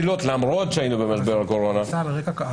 הדגש הוא על מקרים מאוד מאוד חריגים.